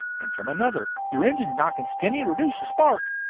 and from another your engine's knocking, skinny. reduce your spark.